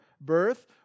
birth